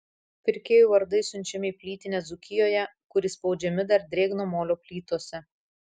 pirkėjų vardai siunčiami į plytinę dzūkijoje kur įspaudžiami dar drėgno molio plytose